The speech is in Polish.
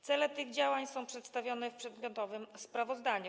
Cele tych działań są przedstawione w przedmiotowym sprawozdaniu.